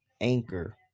Anchor